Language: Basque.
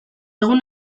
egun